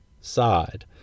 side